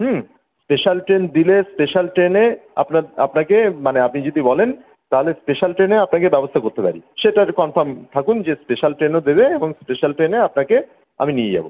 হুম special train দিলে special ট্রেনে আপনা আপনাকে মানে আপনি যদি বলেন তাহলে স্পেশাল ট্রেনে আপনাকে ব্যবস্থা করতে পারি সেটার কনফার্ম থাকুন যে স্পেশাল ট্রেনও দেবে এবং স্পেশাল ট্রেনে আপনাকে আমি নিয়ে যাব